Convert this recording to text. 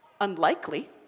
unlikely